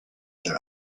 their